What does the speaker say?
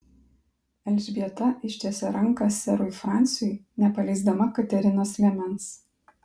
elžbieta ištiesė ranką serui fransiui nepaleisdama katerinos liemens